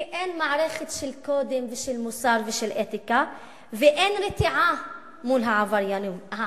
כי אין מערכת של קודים ושל מוסר ושל אתיקה ואין הרתעה מול העבריינים,